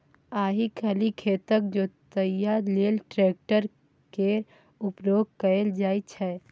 आइ काल्हि खेतक जोतइया लेल ट्रैक्टर केर प्रयोग कएल जाइ छै